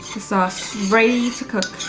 the sauce. ready to cook!